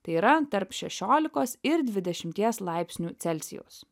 tai yra tarp šešiolikos ir dvidešimties laipsnių celsijaus